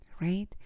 right